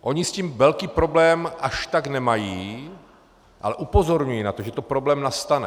Oni s tím velký problém až tak nemají, ale upozorňuji na to, že to jako problém nastane.